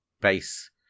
base